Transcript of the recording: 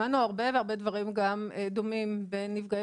שמענו הרבה והרבה דברים גם דומים בין אם זה נפגעי